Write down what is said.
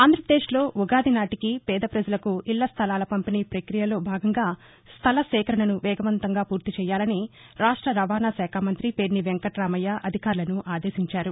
ఆంధ్రప్రదేశ్లో ఉగాదినాటికి పేద ప్రజలకు ఇళ్ల స్థలాల పంపిణీ వక్రియలో భాగంగా స్థల సేకరణను వేగవంతంగా పూర్తి చేయాలని రాష్ట రావాణా శాఖ మంతి పేర్ని వెంకటామయ్య అధికారులను ఆదేశించారు